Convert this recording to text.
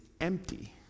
empty